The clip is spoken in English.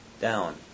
down